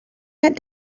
that